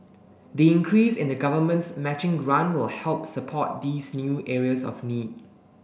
the increase in the Government's matching grant will help support these new areas of need